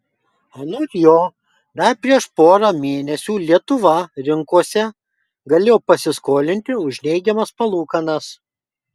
anot jo dar prieš porą mėnesių lietuva rinkose galėjo pasiskolinti už neigiamas palūkanas